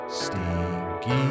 stinky